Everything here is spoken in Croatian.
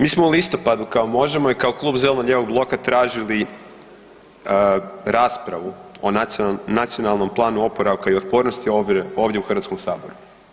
Mi smo u listopadu kao Možemo i kao Klub zeleno-lijevog bloka tražili raspravu o Nacionalnom planu oporavka i otpornosti ovdje u Hrvatskom saboru.